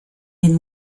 den